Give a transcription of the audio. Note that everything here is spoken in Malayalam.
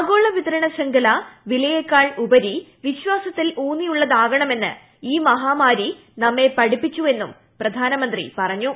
ആഗോള വിതരണ ശൃംഖല വിലയെക്കാൾ ഉപരി വിശ്വാസത്തിൽ ഊന്നിയുള്ളതാകണമെന്ന് ഈ മഹാമാരി നമ്മെ പഠിപ്പിച്ചതും പ്രധാനമന്ത്രി പറഞ്ഞു